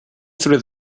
through